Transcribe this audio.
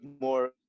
more